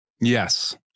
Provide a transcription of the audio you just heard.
Yes